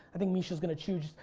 i think misha's gonna choose.